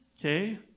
Okay